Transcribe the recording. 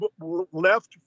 left